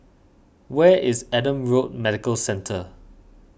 where is Adam Road Medical Centre